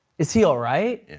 is he all right?